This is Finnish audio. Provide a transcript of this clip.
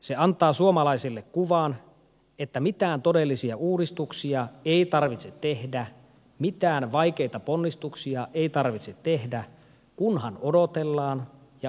se antaa suomalaisille kuvan että mitään todellisia uudistuksia ei tarvitse tehdä mitään vaikeita ponnistuksia ei tarvitse tehdä kunhan odotellaan ja otetaan lisää velkaa